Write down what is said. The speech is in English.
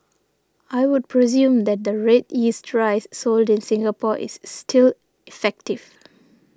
I would presume that the red yeast dries sold in Singapore is still effective